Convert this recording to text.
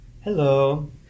Hello